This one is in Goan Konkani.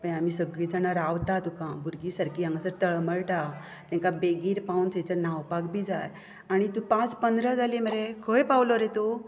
मागीर आमी सगळी जाणां रावता तुका भुरगीं सारकीं हांगा सर तळमळटा तांकां बेगीन पावन थंयसर न्हावपाक बीन जाय आनी पांच पंदरां जाली मरे खंय पावलो रे तूं